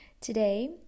today